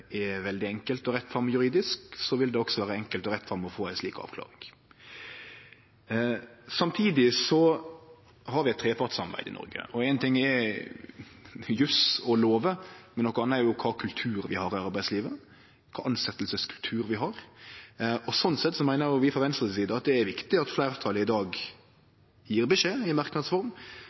veldig enkelt og rett fram juridisk, vil det også vere enkelt og rett fram å få ei slik avklaring. Samtidig har vi eit trepartssamarbeid i Noreg. Éin ting er jus og lover, noko anna er kva tilsetjingskultur vi har i arbeidslivet. Slik sett meiner vi frå Venstre si side at det er riktig at fleirtalet i dag gjev beskjed i merknadsform om at statsråden skal gå i